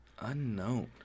Unknown